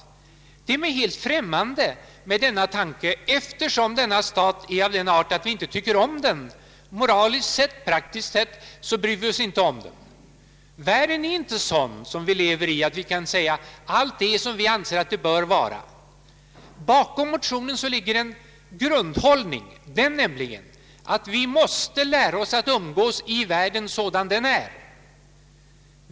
Den tanken är mig helt främmande att eftersom denna stat är av den arten att vi inte tycker om den, moraliskt sett och praktiskt sett, så bryr vi oss heller inte om den. Världen är inte sådan att vi kan säga att allt är som vi anser att det bör vara. Bakom motionen ligger en grundinställning, den nämligen att vi måste lära oss att umgås med världen sådan den är.